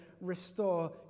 restore